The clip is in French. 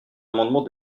amendement